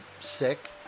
sick